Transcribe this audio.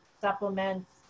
supplements